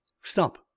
stop